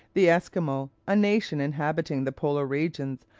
the esquimaux, a nation inhabiting the polar regions,